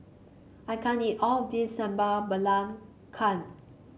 I can't eat all of this Sambal Belacan